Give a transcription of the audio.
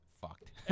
fucked